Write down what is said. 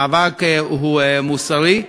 המאבק הוא מוסרי.